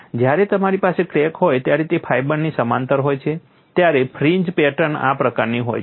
જ્યારે તમારી પાસે ક્રેક હોય ત્યારે તે ફાઇબરની સમાંતર હોય છે ત્યારે ફ્રિન્જ પેટર્ન આ પ્રકારની હોય છે